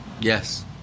Yes